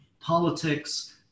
politics